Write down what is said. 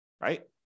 right